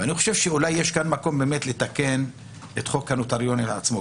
ואני חושב שאולי יש כאן מקום לתקן את חוק הנוטריונים עצמו,